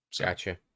Gotcha